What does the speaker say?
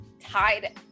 tied